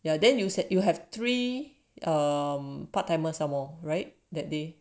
ya then you said you have three part timer or more right that day